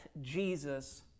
Jesus